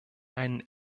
einen